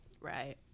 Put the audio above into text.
Right